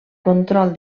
control